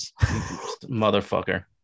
Motherfucker